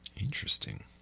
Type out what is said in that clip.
Interesting